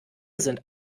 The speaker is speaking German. sind